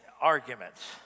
arguments